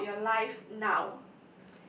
about your life now